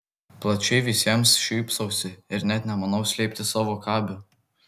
plačiai visiems šypsausi ir net nemanau slėpti savo kabių